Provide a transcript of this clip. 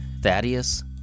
Thaddeus